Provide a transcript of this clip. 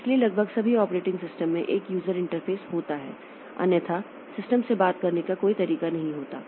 इसलिए लगभग सभी ऑपरेटिंग सिस्टम में एक यूजर इंटरफेस होता है अन्यथा सिस्टम से बात करने का कोई तरीका नहीं होता है